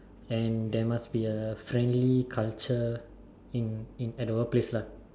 and there must be a friendly culture in in at the workplace lah